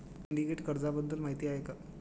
Syndicate कर्जाबद्दल माहिती आहे का?